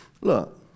Look